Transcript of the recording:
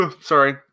Sorry